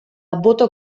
boto